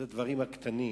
אלה הדברים הקטנים.